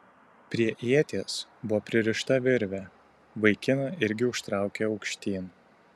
prie ieties buvo pririšta virvė vaikiną irgi užtraukė aukštyn